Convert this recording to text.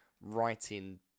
writing